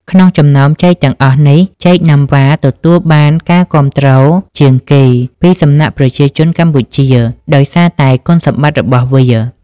ក្នុងចំណោមចេកទាំងអស់នេះ ចេកណាំវ៉ា ទទួលបានការគាំទ្រជាងគេពីសំណាក់ប្រជាជនកម្ពុជា ដោយសារតែគុណសម្បត្តិរបស់វា។